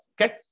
Okay